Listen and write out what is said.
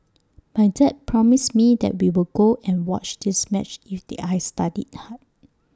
my dad promised me that we will go and watch this match if did I studied hard